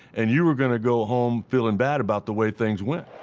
and you were going to go home feeling bad about the way things went.